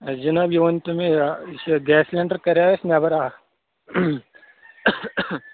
جِناب یہِ ؤنۍتَو مےٚ یہِ چھا گیس سِلینٛڈر کَریٛاو اَسہِ نیٚبر اکھ